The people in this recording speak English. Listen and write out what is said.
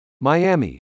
Miami